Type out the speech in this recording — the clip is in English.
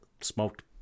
smoked